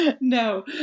No